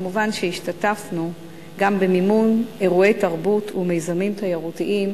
כמובן שהשתתפנו במימון אירועי תרבות ומיזמים תיירותיים,